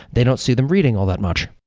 they don't see them reading all that much.